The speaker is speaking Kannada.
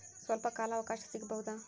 ಸ್ವಲ್ಪ ಕಾಲ ಅವಕಾಶ ಸಿಗಬಹುದಾ?